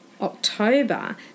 October